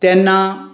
तेन्ना